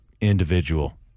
individual